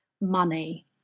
money